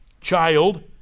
child